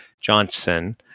Johnson